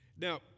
now